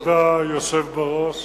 כבוד היושב בראש,